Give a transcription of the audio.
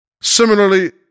Similarly